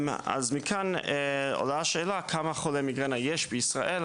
אז מכאן עולה השאלה כמה חולי מיגרנה יש בישראל.